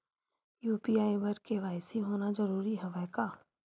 UPI बर KYC होना जरूरी हवय का?